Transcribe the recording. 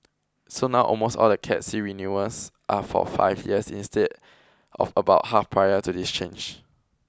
so now almost all the Cat C renewals are for five years instead of about half prior to this change